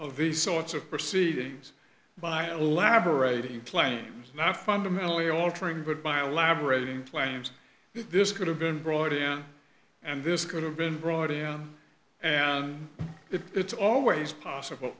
of these sorts of proceedings by elaborating claims not fundamentally altering but by a lab rating claims this could have been brought in and this could have been brought in and it's always possible